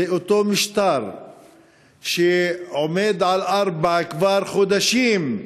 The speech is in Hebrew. זה אותו משטר שעומד על ארבע כבר חודשים,